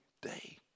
day